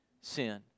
sin